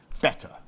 better